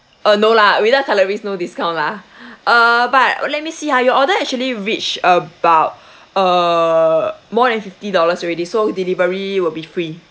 uh no lah without cutleries no discount lah uh but let me see ha your order actually reached about uh more than fifty dollars already so delivery will be free